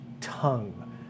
tongue